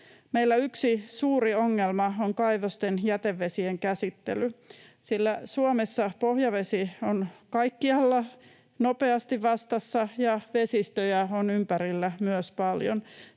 Meillä yksi suuri ongelma on kaivosten jätevesien käsittely, sillä Suomessa pohjavesi on kaikkialla nopeasti vastassa ja vesistöjä on ympärillä paljon.